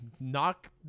knock